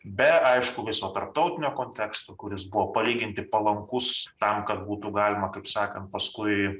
be aišku viso tarptautinio konteksto kuris buvo palyginti palankus tam kad būtų galima kaip sakant paskui